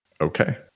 Okay